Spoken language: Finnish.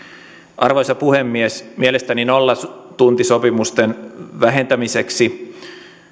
arvoisa puhemies mielestäni nollatuntisopimusten vähentämiseksi